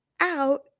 out